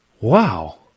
Wow